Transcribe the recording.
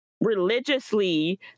religiously